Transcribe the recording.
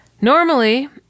Normally